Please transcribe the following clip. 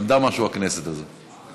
למדה משהו, הכנסת הזאת.